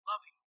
Loving